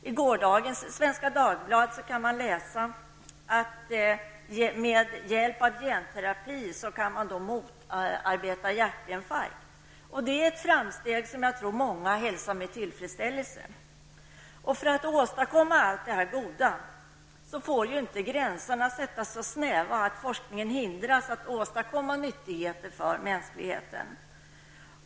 I gårdagens Svenska Dagbladet kan vi läsa att man med hjälp av genterapi kan motverka hjärtinfarkt. Det är ett framsteg som jag tror många hälsar med tillfredsställelse. Skall man kunna åstadkomma allt detta goda får gränserna ej sättas så snäva att forskningen hindras att åstadkomma nyttigheten för mänskligheten.